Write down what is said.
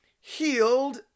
healed